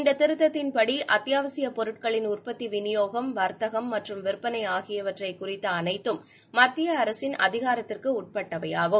இந்த திருத்தத்தின் படி அத்தியாவசிய பொருட்களின் உற்பத்தி விநியோகம் வர்த்தகம் மற்றம் விர்பனை ஆகியவற்றைக் குறித்த அனைத்தும் மத்திய அரசின் அதிகாரத்திற்கு உட்பட்டவையாகும்